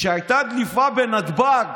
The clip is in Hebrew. כשהייתה דליפה בנתב"ג,